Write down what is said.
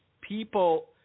people